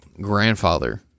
grandfather